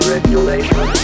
Regulation